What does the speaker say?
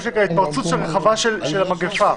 התפרצות רחבה של המגפה,